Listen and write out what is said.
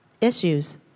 issues